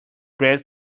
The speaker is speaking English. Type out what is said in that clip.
bread